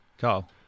Carl